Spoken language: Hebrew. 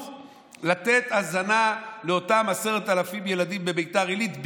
לתת הזנה לאותם 10,000 ילדים בביתר עילית,